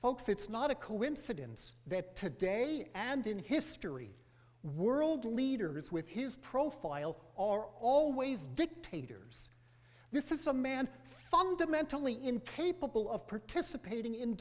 folks it's not a coincidence that today and in history world leaders with his profile are always dictators this is a man fundamentally incapable of participating in